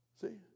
See